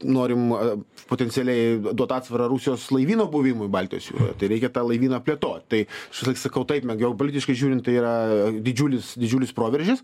norim potencialiai duot atsvarą rusijos laivyno buvimui baltijos jūroj tai reikia tą laivyną plėtot visąlaik sakau taip geopolitiškai žiūrint tai yra didžiulis didžiulis proveržis